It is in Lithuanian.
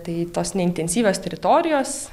tai tos neintensyvios teritorijos